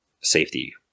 safety